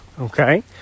Okay